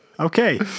Okay